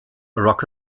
rock